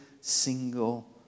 single